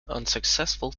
unsuccessful